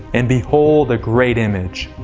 and behold a great image.